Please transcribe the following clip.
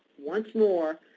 once more,